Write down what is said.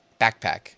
backpack